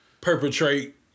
perpetrate